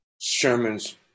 Sherman's